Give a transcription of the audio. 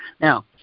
Now